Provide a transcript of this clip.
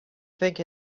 think